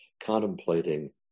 contemplating